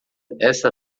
esta